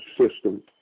system